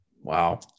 Wow